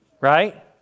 Right